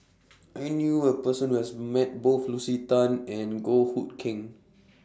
I knew A Person Who has Met Both Lucy Tan and Goh Hood Keng